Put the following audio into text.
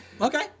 okay